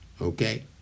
okay